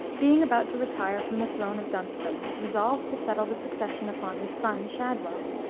being about to retire from the throne of duncedom, resolved to settle the succession upon his son, shadwell,